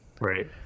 Right